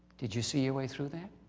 did you see your way through that?